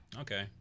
Okay